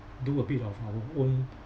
do a bit of our own